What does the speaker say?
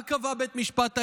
מה קבע בית המשפט העליון?